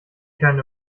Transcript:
keine